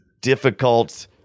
difficult